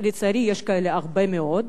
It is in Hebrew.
ולצערי יש כאלה הרבה מאוד,